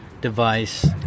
device